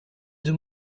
the